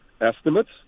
estimates